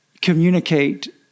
communicate